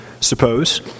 suppose